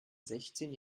sechzehn